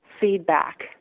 feedback